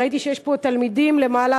ראיתי שיש פה תלמידים למעלה,